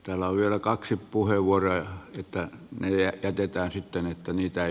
kello lyö kaksi puheenvuoroa ja sitä myötä työtään siten että niitä